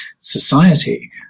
society